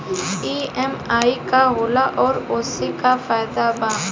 EMI का होला और ओसे का फायदा बा?